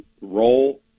role